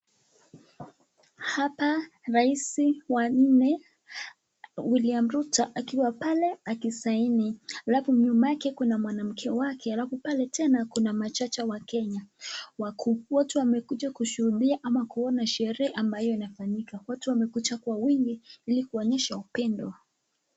Hapa raisi wanne William Ruto akiwa pale aki saini. Halafu nyuma yake kuna mwanamke wake, halafu pale tena kuna majaji wa Kenya wakuu. Watu wamekuja kushuhudia ama kuona sherehe, ama inayofanyika. Watu wamekuja kwa wingi ili kuonyesha upendo.